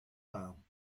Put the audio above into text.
baan